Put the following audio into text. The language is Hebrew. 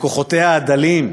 בכוחותיה הדלים,